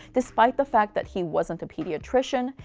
despite the fact that he wasn't a pediatrician,